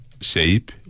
shape